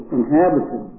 inhabited